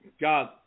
God